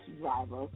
driver